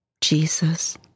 Jesus